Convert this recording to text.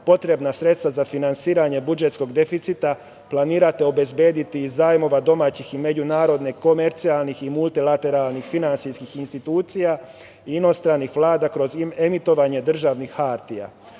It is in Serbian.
potrebna sredstva za finansiranje budžetskog deficita planirate obezbediti iz zajmova domaćih i međunarodnih komercijalnih i multilateralnih finansijskih institucija i inostranih vlada kroz emitovanje državnih hartija. Svi